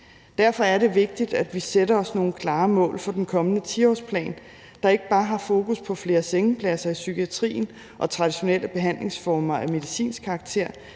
Derfor er det vigtigt, at vi sætter os nogle klare mål for den kommende 10-årsplan, der ikke bare har fokus på flere sengepladser i psykiatrien og traditionelle behandlingsformer af medicinsk karakterer,